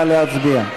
נא להצביע.